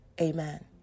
amen